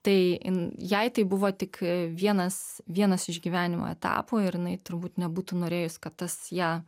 tai jai tai buvo tik vienas vienas iš gyvenimo etapų ir jinai turbūt nebūtų norėjusi kad tas ją